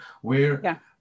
where-